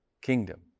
kingdom